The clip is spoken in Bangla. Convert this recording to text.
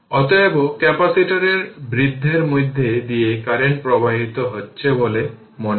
অতএব ক্যাপাসিটরের বৃদ্ধির মধ্য দিয়ে কারেন্ট প্রবাহিত হচ্ছে বলে মনে হয়